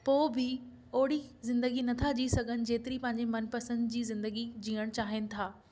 पोइ बि ओहिड़ी ज़िंदगी नथा जी सघनि जेतरी पंहिंजे मनपंसदि जी ज़िंदगी जीअण चाहिनि था